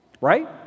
right